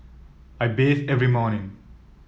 I bathe every morning